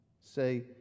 say